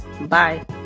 Bye